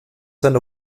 seine